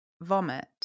vomit